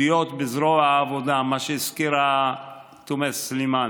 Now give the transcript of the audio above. השתתפות בעלות השכר של העובד.